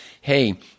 hey